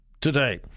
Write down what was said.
today